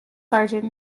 sergeant